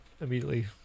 immediately